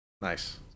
Nice